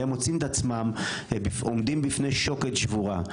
והם מוצאים את עצמם עומדים בפני שוקת שבורה.